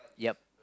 yep